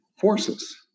forces